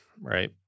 right